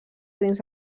dins